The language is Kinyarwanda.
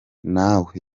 nawe